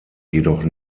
jedoch